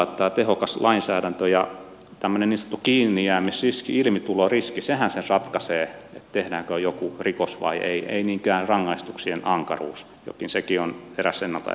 tämä tehokas lainsäädäntö ja tämmöinen niin sanottu kiinnijäämisriski ilmituloriski sehän sen ratkaisee tehdäänkö joku rikos vai ei ei niinkään rangaistuksien ankaruus joka sekin on eräs ennalta ehkäisevä keino